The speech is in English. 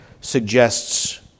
suggests